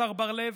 השר בר לב,